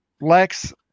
Lex